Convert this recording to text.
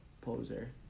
poser